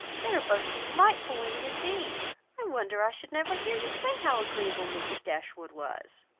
they are both delightful women, indeed i wonder i should never hear you say how agreeable mrs. dashwood was!